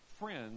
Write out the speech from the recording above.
friends